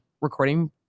recording